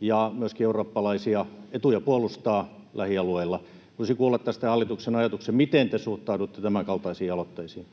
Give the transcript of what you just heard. ja myöskin eurooppalaisia etuja puolustaa lähialueilla. Haluaisin kuulla tästä hallituksen ajatuksia, miten te suhtaudutte tämänkaltaisiin aloitteisiin.